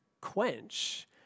quench